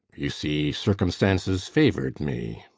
you see circumstances favoured me.